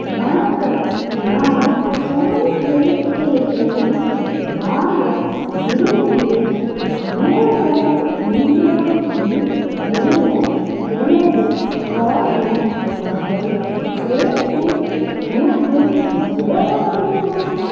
வணக்கம் நான் சோனி ப்ளே ஸ்டேஷனை வாங்க விரும்புகிறேன் அமேசான் இந்தியா இல் உள்ள எனது கார்ட்டில் அதை சேர்த்து எனக்கு உதவ முடியுமா